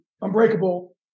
Unbreakable